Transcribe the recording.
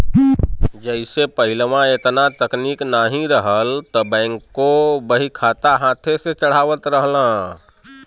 जइसे पहिलवा एतना तकनीक नाहीं रहल त बैंकों बहीखाता हाथे से चढ़ावत रहल